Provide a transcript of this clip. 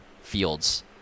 fields